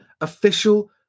Official